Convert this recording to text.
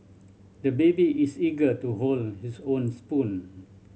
the baby is eager to hold his own spoon